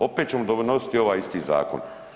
Opet ćemo donositi ovaj isti zakon.